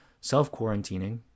self-quarantining